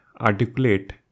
articulate